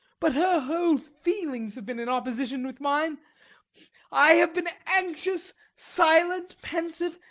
but her whole feelings have been in opposition with mine i have been anxious, silent, pensive,